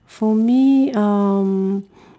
for me um